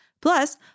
Plus